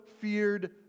feared